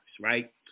right